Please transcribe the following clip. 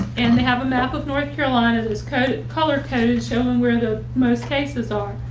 and they have a map of north carolina this code color code showing where the most cases are.